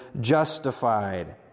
justified